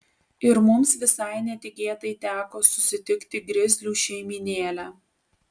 ir mums visai netikėtai teko susitikti grizlių šeimynėlę